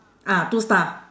ah two star